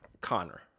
Connor